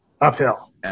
uphill